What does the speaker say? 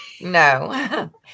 No